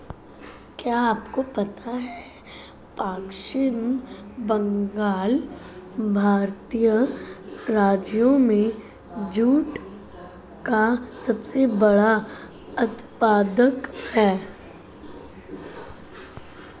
क्या आपको पता है पश्चिम बंगाल भारतीय राज्यों में जूट का सबसे बड़ा उत्पादक है?